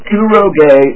Kuroge